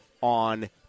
on